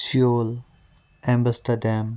Seoul Amsterdam